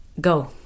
go